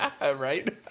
Right